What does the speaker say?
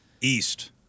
East